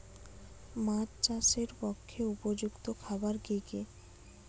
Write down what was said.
মাছ চাষের পক্ষে উপযুক্ত খাবার কি কি?